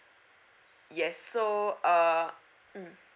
yes so uh mm